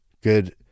good